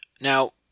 Now